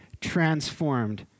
transformed